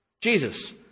Jesus